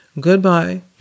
goodbye